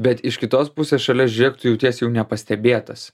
bet iš kitos pusės šalia žiūrėk tu jautiesi jau nepastebėtas